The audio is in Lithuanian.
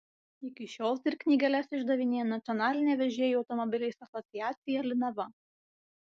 iki šiol tir knygeles išdavinėja nacionalinė vežėjų automobiliais asociacija linava